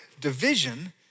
division